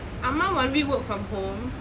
amma one week work from home